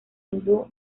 hindú